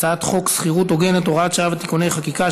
הצעת חוק שכירות הוגנת (הוראת שעה ותיקוני חקיקה),